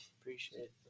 appreciate